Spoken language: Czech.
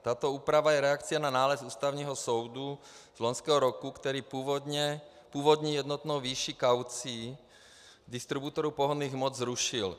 Tato úprava je reakcí na nález Ústavního soudu z loňského roku, který původní jednotnou výši kaucí distributorů pohonných hmot zrušil.